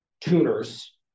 tuners